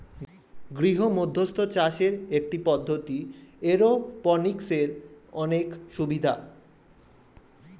গৃহমধ্যস্থ চাষের একটি পদ্ধতি, এরওপনিক্সের অনেক সুবিধা